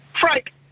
Frank